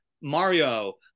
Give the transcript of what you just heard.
Mario